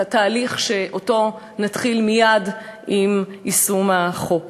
התהליך שאותו נתחיל מייד עם יישום החוק.